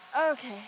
Okay